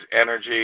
energy